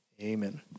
amen